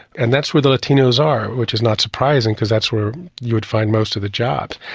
and that's where the latinos are, which is not surprising because that's where you would find most of the jobs.